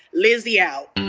lizzy out.